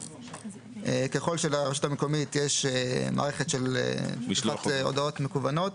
ככל שלרשות המקומית יש מערכת של משלוח הודעות מקוונות,